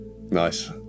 Nice